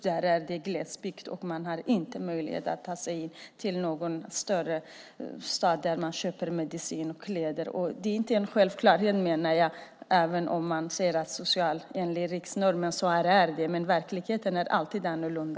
Det gäller även glesbygden där man inte har möjlighet att ta sig till en större ort för att köpa medicin och kläder. Det är alltså inte en självklarhet även om man säger att det ska vara så enligt riksnormen. Verkligheten är alltid annorlunda.